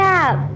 up